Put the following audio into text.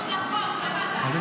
מה?